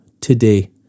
today